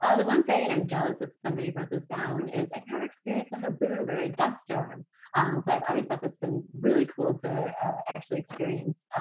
ah the one thing, and i'm jealous if somebody wrote this down is, i've never experienced a haboob or a dust storm. so i've always thought it's been really cool to actually experience.